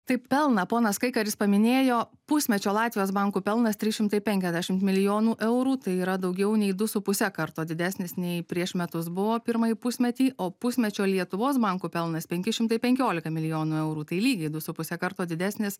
taip pelną ponas kaikaris paminėjo pusmečio latvijos bankų pelnas trys šimtai penkiasdešimt milijonų eurų tai yra daugiau nei du su puse karto didesnis nei prieš metus buvo pirmąjį pusmetį o pusmečio lietuvos bankų pelnas penki šimtai penkiolika milijonų eurų tai lygiai du su puse karto didesnis